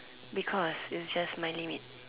because it's just my limit